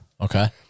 Okay